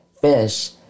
fish